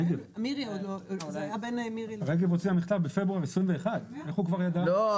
רגב הוציאה מכתב בפברואר 2021. איך הוא --- לא.